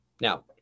Now